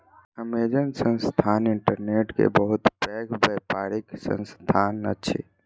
Amazon संस्थान internet के बहुत पैघ व्यापारिक संस्थान अछि